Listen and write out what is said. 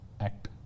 act